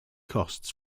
costs